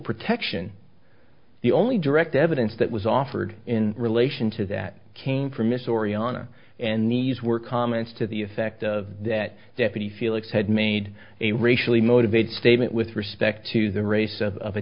protection the only direct evidence that was offered in relation to that came from miss oriana and these were comments to the effect of that deputy felix had made a racially motivated statement with respect to the race of